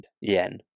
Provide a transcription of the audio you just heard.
yen